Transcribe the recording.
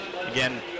Again